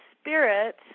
spirit